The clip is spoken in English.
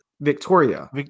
Victoria